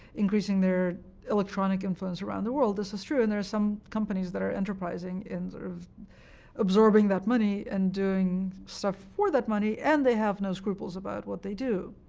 increasing their electronic influence around the world. this is true. and there are some companies that are enterprising in sort of absorbing that money and doing stuff for that money, and they have no scruples about what they do.